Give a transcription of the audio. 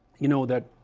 you know that